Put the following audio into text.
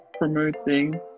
promoting